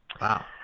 Wow